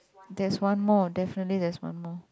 there's one more definitely there's one more